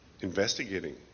investigating